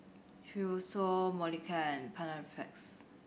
Fibrosol Molicare and Panaflex